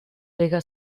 pega